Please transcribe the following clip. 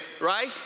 Right